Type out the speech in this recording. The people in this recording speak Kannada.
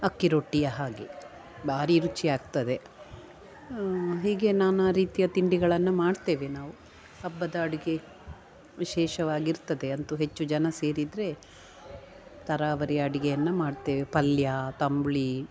ಅಕ್ಕಿ ರೊಟ್ಟಿಯ ಹಾಗೆ ಭಾರಿ ರುಚಿಯಾಗ್ತದೆ ಹೀಗೆ ನಾನಾ ರೀತಿಯ ತಿಂಡಿಗಳನ್ನು ಮಾಡ್ತೇವೆ ನಾವು ಹಬ್ಬದ ಅಡುಗೆ ವಿಶೇಷವಾಗಿರ್ತದೆ ಅಂತು ಹೆಚ್ಚು ಜನ ಸೇರಿದರೆ ಥರಾವರಿ ಅಡಿಗೆಯನ್ನ ಮಾಡ್ತೇವೆ ಪಲ್ಯ ತಂಬುಳಿ